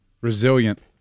Resilient